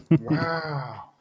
Wow